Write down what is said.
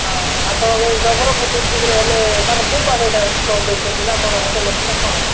ହଁ ଆପଣଙ୍କ ଏହି ନବରଙ୍ଗପୁର ଡିଷ୍ଟ୍ରିକଟରେ ହେଲେ ମାନେ କେଉଁ ପାଖେ ଏଇଟା ଷ୍ଟଲ ଦେଇଛନ୍ତି ନା କ'ଣ ହୋଟେଲ ଅଛି ନା କ'ଣ